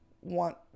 want